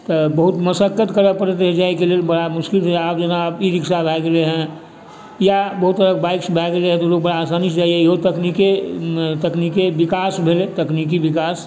तऽ बहुत मशक्कत करै पड़ैत रहै जाइके लेल बड़ा मुश्किल रहै आब जेना ई रिक्शा भए गेलै हँ या बहुत तरहके बाइक्स भए गेलै हँ तऽ लोग बड़ा आसानीसँ जाइए इहो तकनीकेमे तकनीकीये विकास भेलए तकनीकी विकास